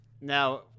now